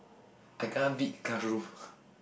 I kena beat in classroom